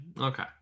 okay